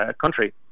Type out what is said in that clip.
country